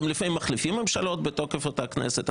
גם לפעמים מחליפים ממשלות בתוקף אותה כנסת,